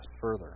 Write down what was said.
further